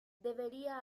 debía